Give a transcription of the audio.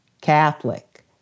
Catholic